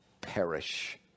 perish